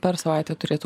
per savaitę turėtų